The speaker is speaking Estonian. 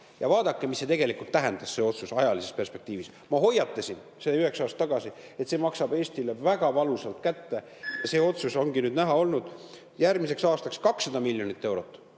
Ja vaadake, mida see otsus tegelikult tähendas ajalises perspektiivis! Ma hoiatasin üheksa aastat tagasi, et see maksab Eestile väga valusalt kätte, ja see ongi nüüd näha olnud. Järgmiseks aastaks on 200 miljonit eurot,